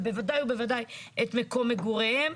ובוודאי ובוודאי את מקום מגוריהם,